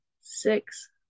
six